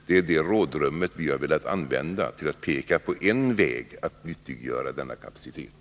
Det är det rådrummet vi har velat använda till att peka på en väg att nyttiggöra denna kapacitet.